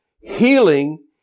Healing